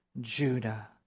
Judah